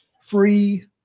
free